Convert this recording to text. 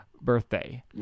birthday